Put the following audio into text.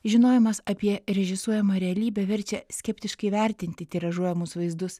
žinojimas apie režisuojamą realybę verčia skeptiškai vertinti tiražuojamus vaizdus